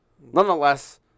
nonetheless